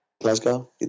Glasgow